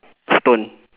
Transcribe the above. stone